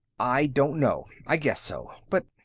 i don't know. i guess so. but,